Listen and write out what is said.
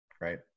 Right